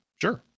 sure